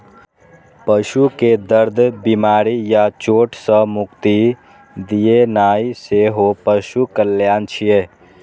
पशु कें दर्द, बीमारी या चोट सं मुक्ति दियेनाइ सेहो पशु कल्याण छियै